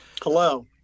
Hello